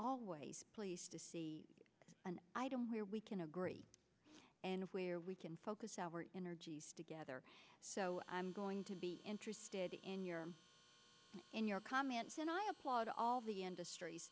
always pleased to see an item where we can agree and where we can focus our energies together so i'm going to be interested in your in your comments and i applaud all the industries